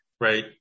right